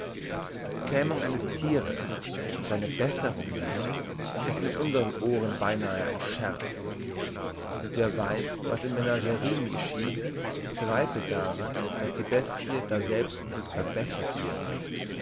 die zähmung eines thieres seine besserung nennen ist in unsren ohren beinahe ein scherz wer weiss was in menagerien geschieht zweifelt daran dass die bestie daselbst verbessert wird